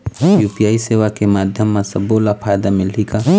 UPI सेवा के माध्यम म सब्बो ला फायदा मिलही का?